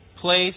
place